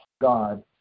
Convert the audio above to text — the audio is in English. God